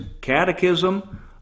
catechism